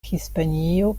hispanio